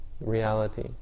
reality